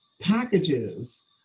packages